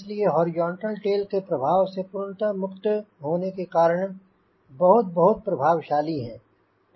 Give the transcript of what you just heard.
इसलिए horizontal tail के प्रभाव से पूर्णतः मुक्त होने के कारण बहुत बहुत प्रभावशाली है